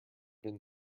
been